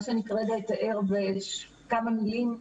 מה שאני כרגע אתאר בכמה מילים,